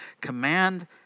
command